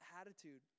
attitude